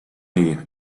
nii